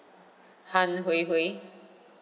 han hui hui